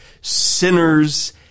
sinners